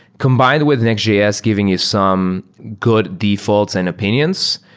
combined with nextjs, giving you some good defaults and opinions,